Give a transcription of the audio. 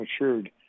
matured